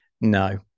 No